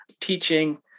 teaching